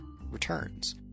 returns